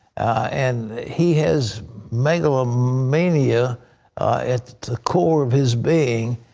and he has megalomania at the core of his being.